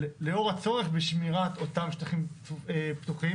לאור הצורך בשמירת אותם שטחים פתוחים,